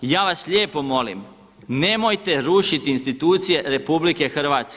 I ja vas lijepo molim, nemojte rušiti institucije RH.